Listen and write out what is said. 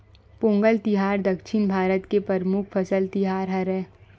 पोंगल तिहार दक्छिन भारत के परमुख फसल तिहार हरय